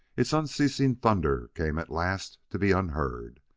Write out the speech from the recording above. its unceasing thunder came at last to be unheard.